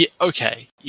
Okay